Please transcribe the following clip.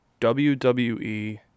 WWE